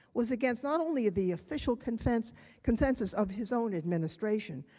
was against not only the official consensus consensus of his own administration,